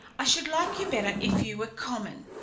i should like you better if you were common.